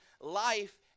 life